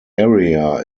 area